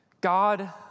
God